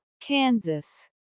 Kansas